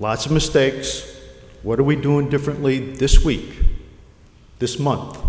lots of mistakes what are we doing differently this week this